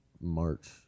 March